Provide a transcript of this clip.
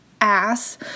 ass